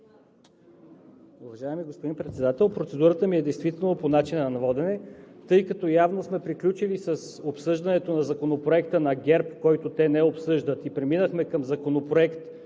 Уважаеми господин Председател, процедурата ми е действително по начина на водене. Тъй като явно сме приключили с обсъждането на Законопроекта на ГЕРБ, който те не обсъждат, и преминахме към Законопроекта,